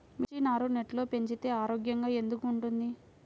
మిర్చి నారు నెట్లో పెంచితే ఆరోగ్యంగా ఎందుకు ఉంటుంది?